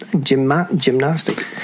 gymnastic